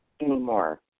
anymore